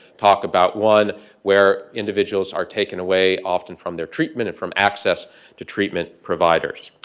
talk about one where individuals are taken away often from their treatment from access to treatment providers.